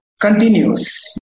Continues